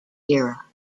era